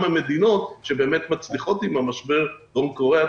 מדינות שבאמת מצליחות להתמודד עם המשבר: דרום קוריאה,